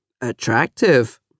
Attractive